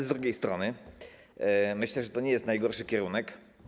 Z drugiej strony myślę, że to nie jest najgorszy kierunek.